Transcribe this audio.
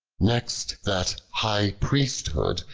next that, high-priesthood,